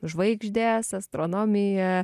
žvaigždės astronomija